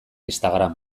instagram